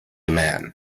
man